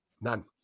none